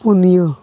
ᱯᱩᱱᱭᱟᱹ